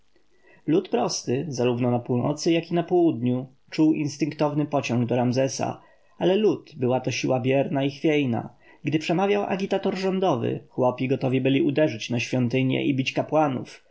lud prosty zarówno na północy jak i na południu czuł instynktowny pociąg do ramzesa ale lud była to siła bierna i chwiejna gdy przemawiał agitator rządowy chłopi gotowi byli uderzyć na świątynie i bić kapłanów